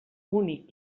únic